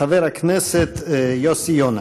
חבר הכנסת יוסי יונה.